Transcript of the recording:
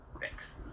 Thanks